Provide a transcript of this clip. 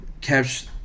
catch